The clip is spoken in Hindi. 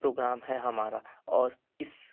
प्रोग्राम है हमारा और इस